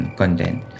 content